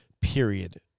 Period